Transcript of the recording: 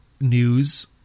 news